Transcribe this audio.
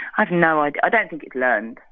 i have no i don't think it's learned,